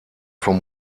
vom